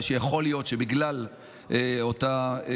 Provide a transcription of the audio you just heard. שיכול להיות שבגלל אותם